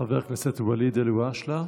חבר הכנסת ואליד אלהואשלה,